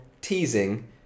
teasing